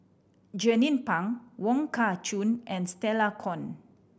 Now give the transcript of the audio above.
Jernnine Pang Wong Kah Chun and Stella Kon